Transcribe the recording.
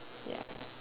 ya